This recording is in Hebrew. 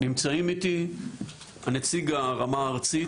נמצאים איתי הנציג הרמה הארצית,